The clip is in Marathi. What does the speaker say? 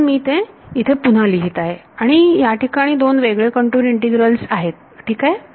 म्हणून मी इथे ते पुन्हा लिहीत आहे आणि याठिकाणी दोन वेगळे कंटूर इंटिग्रल आहेत ठीक आहे